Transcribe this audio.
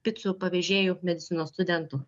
picų pavežėjų medicinos studentų